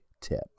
tip